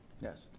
Yes